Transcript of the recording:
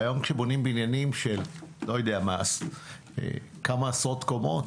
והיום כשבונים בניינים של כמה עשרות קומות,